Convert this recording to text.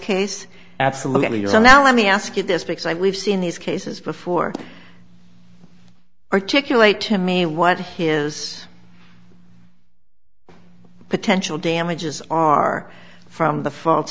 case absolutely so now let me ask you this because i we've seen these cases before articulate to me what his potential damages are from the f